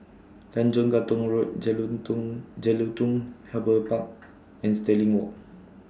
Tanjong Katong Road Jelutung Jelutung Harbour Park and Stirling Walk